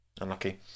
Unlucky